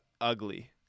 ugly